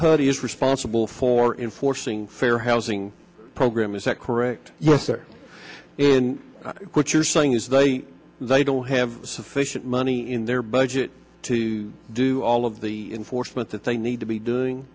he is responsible for enforcing fair housing program is that correct you are sir in what you're saying is they they don't have sufficient money in their budget to do all of the enforcement that they need to be doing